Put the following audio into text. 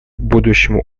будущему